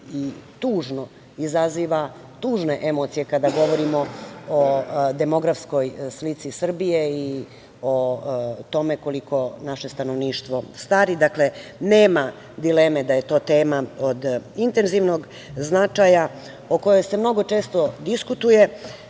i tužno. Izaziva tužne emocije kada govorimo o demografskoj slici Srbije i o tome koliko naše stanovništvo stari. Dakle, nema dileme da je to tema od intenzivnog značaja o kojoj se mnogo često diskutuje,